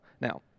Now